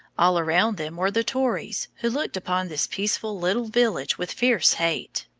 all around them were the tories, who looked upon this peaceful little village with fierce hate.